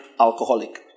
alcoholic